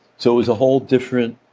so it was a whole different